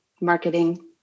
marketing